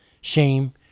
shame